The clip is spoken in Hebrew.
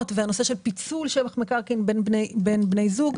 והנשוא של פיצול שבח מקרקעין בין בני זוג.